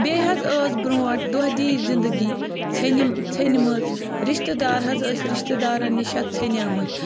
بیٚیہِ حظ ٲس برٛونٛٹھ دۄہ دی زِندگی ژھیٚن ژھیٚنمٕژ رِشتہٕ دار حظ ٲسۍ رِشتہٕ دارَن نِش حظ ژھیٚنۍمٕتۍ